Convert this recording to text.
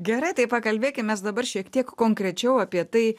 gerai tai pakalbėkim mes dabar šiek tiek konkrečiau apie tai